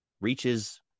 reaches